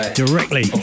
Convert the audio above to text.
directly